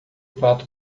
prato